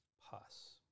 pus